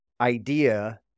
idea